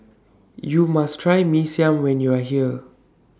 YOU must Try Mee Siam when YOU Are here